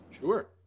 Sure